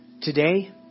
Today